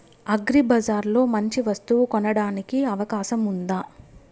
అగ్రిబజార్ లో మంచి వస్తువు కొనడానికి అవకాశం వుందా?